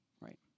right